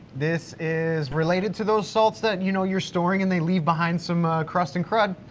this is related to those salts that you know you're storing and they leave behind some crust and crud,